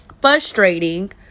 frustrating